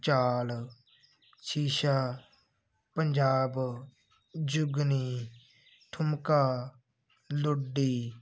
ਚਾਲ ਸ਼ੀਸ਼ਾ ਪੰਜਾਬ ਜੁਗਨੀ ਠੁਮਕਾ ਲੁੱਡੀ